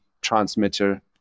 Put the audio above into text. transmitter